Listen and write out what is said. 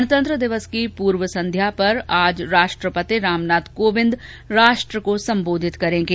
गणतंत्र दिवस की पूर्व संध्या पर आज राष्ट्रपति रामनाथ कोविंद राष्ट्र को संबोधित करेंगे